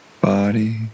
body